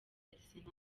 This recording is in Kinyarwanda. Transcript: arsenal